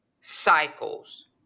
cycles